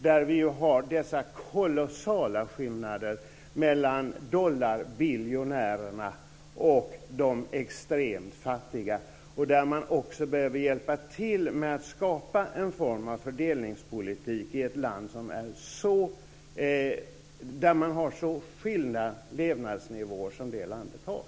Där är det ju kolossala skillnader mellan dollarbiljonärerna och de extremt fattiga och där man behöver hjälpa till med att skapa en form av fördelningspolitik, med tanke på de skilda levnadsnivåer som landet har.